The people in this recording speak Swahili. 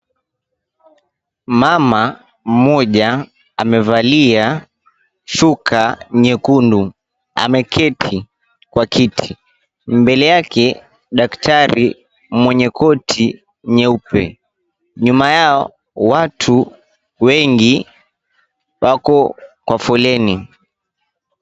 Mama mmoja amevalia shuka nyekundu ameketi kwa kiti, mbele yake daktari mwenye koti nyeupe, nyuma yao watu wengi wako kwa foleni.